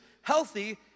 healthy